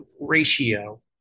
ratio